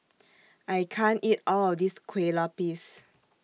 I can't eat All of This Kuih Lopes